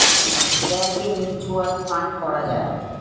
ব্যাংকে mutual fund করা যায়